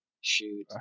Shoot